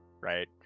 right